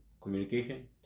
communication